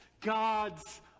God's